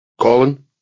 Colin